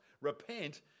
repent